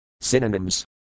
Synonyms